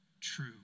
true